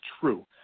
true